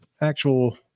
actual